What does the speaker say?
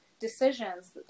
decisions